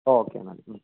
okay എന്നാൽ